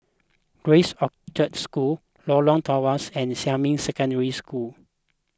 Grace Orchard School Lorong Tawas and Xinmin Secondary School